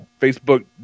Facebook